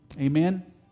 Amen